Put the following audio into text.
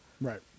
right